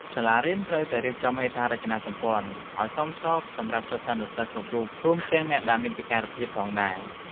សាលារៀនត្រូវតែរៀបចំហេដ្ឋារចនាសម្ព័ន្ធឱ្យសមស្របសម្រាប់សិស្សានុសិស្សគ្រប់រូប រួមទាំងអ្នកដែលមានពិការភាពផងដែរ។